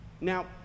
Now